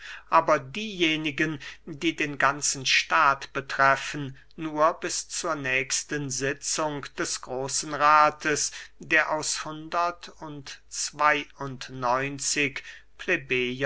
aber diejenigen die den ganzen staat betreffen nur bis zur nächsten sitzung des großen rathes der aus hundert und